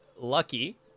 Lucky